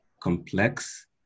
complex